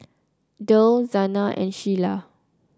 derl Zana and Sheilah